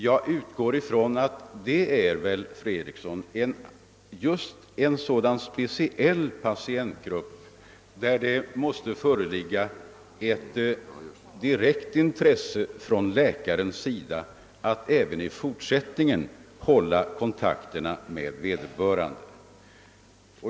Jag utgår ifrån att diabetikerna just är en speciell patientgrupp, beträffande vilken det måste föreligga ett direkt intresse från läkarnas sida att även i fortsättningen hålla kontakt med vederbörande.